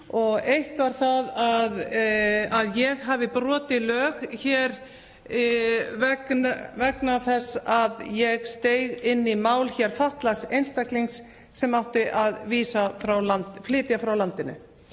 eitt var það að ég hafi brotið lög vegna þess að ég steig inn í mál fatlaðs einstaklings sem átti að flytja frá landinu.